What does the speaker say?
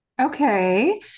Okay